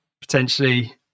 potentially